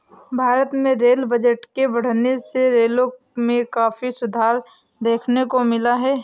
भारत में rail budget के बढ़ने से रेलों में काफी सुधार देखने को मिला है